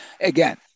again